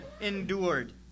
endured